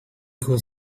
could